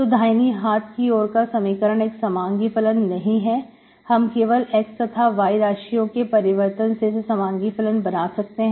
तो दाहिनी हाथ की ओर का समीकरण एक समांगी फलन नहीं है हम केवल x तथा y राशियों के परिवर्तन से इसे समांगी फलन बना सकते हैं